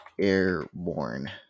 airborne